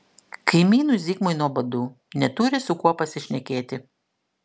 kaimynui zigmui nuobodu neturi su kuo pasišnekėti